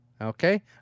Okay